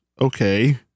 okay